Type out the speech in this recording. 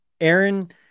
Aaron